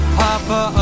papa